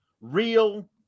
real